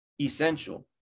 essential